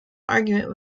argument